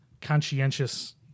conscientious